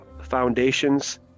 foundations